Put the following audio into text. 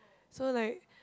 so like